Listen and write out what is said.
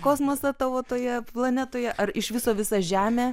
kosmosą tavo toje planetoje ar iš viso visa žemė